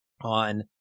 on